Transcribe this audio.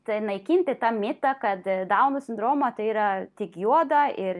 tai naikinti tą mitą kad dauno sindromas tai yra tik juoda ir